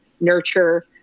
nurture